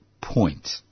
point